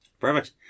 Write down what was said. Perfect